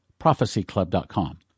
prophecyclub.com